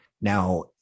Now